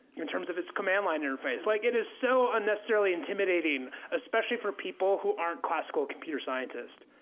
in terms of its command-line interface. like it is so unnecessarily intimidating, especially for people who aren't classical computer scientists.